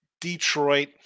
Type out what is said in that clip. Detroit